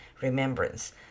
remembrance